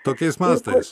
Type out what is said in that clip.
tokiais mastais